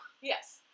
Yes